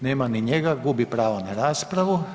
Nema ni njega, gubi pravo na raspravu.